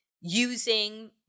using